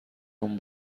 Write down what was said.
اون